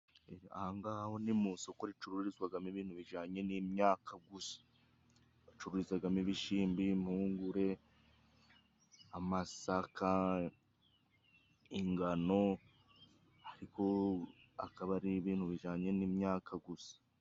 Aha ngaha ho ni musoko ricururizwagamo ibintu bijanye n'imyaka. Bacururizagamo: Ibishimbo, imbungure, amasaka, ingano, ariko akaba ari ibintu bijanye n'imyaka gusa.